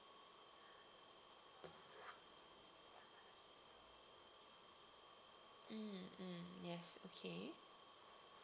mm mm yes okay